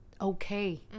okay